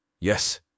Yes